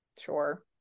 sure